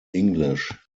english